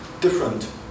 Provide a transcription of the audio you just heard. different